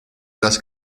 hadas